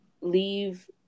leave